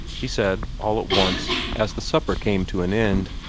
he said all at once, as the supper came to an end.